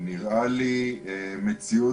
נראה לי מציאות